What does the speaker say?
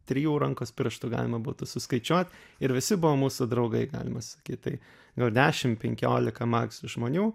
trijų rankos pirštų galima būtų suskaičiuot ir visi buvo mūsų draugai galima sakyt tai gal dešim penkiolika maks žmonių